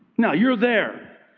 now you're there.